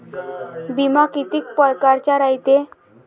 बिमा कितीक परकारचा रायते?